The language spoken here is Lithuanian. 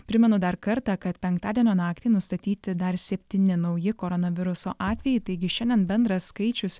primenu dar kartą kad penktadienio naktį nustatyti dar septyni nauji koronaviruso atvejai taigi šiandien bendras skaičius